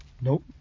nope